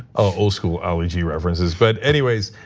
old school ali g references but anyways.